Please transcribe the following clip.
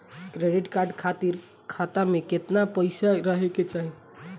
Credit card खातिर खाता में केतना पइसा रहे के चाही?